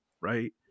Right